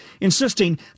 Insisting